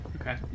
Okay